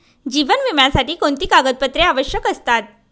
जीवन विम्यासाठी कोणती कागदपत्रे आवश्यक असतात?